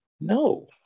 no